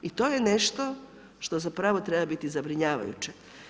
I to je nešto što zapravo treba biti zabrinjavajuće.